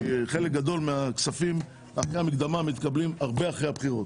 כי חלק גדול מהכספים אחרי המקדמה מתקבלים הרבה אחרי הבחירות,